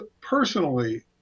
personally